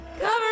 Cover